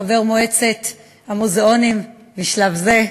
חבר מועצת המוזיאונים בשלב זה,